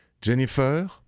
Jennifer